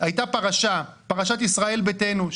הייתה פרשת ישראל ביתנו,